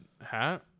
hat